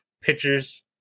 pictures